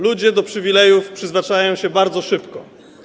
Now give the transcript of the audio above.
Ludzie do przywilejów przyzwyczajają się bardzo szybko.